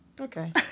okay